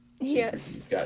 Yes